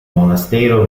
monastero